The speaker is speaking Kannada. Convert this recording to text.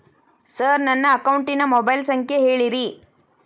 ಸರ್ ನನ್ನ ಅಕೌಂಟಿನ ಮೊಬೈಲ್ ಸಂಖ್ಯೆ ಹೇಳಿರಿ